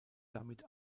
damit